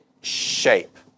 shape